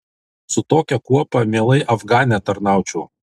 su tokia kuopa mielai afgane tarnaučiau